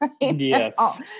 Yes